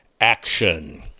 action